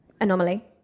anomaly